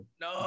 No